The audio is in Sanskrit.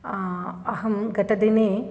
अहं गतदिने